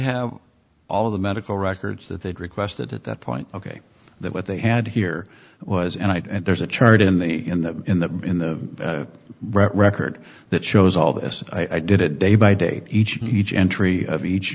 have all of the medical records that they'd requested at that point ok that what they had here was and there's a chart in the in the in the in the record that shows all this i did it day by day each and each entry of each